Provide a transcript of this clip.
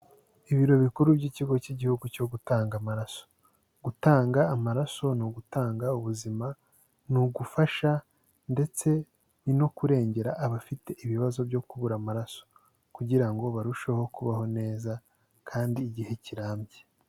Ibiro bikuru by'Ikigo cy'Igihugu cyo gutanga amaraso. Gutanga amaraso ni ugutanga ubuzima, ni ugufasha ndetse no kurengera abafite ibibazo byo kubura amaraso kugira ngo barusheho kubaho neza kandi igihe kirambye.